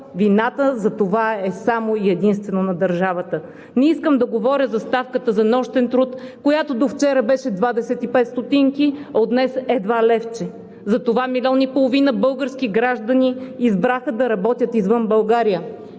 Вината за това е само и единствено на държавата. Не искам да говоря за ставката за нощен труд, която до вчера беше 25 стотинки, а от днес е едва левче. Затова милион и половина български граждани избраха да работят извън България.